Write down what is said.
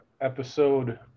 episode